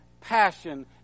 passion